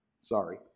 Sorry